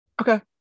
Okay